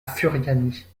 furiani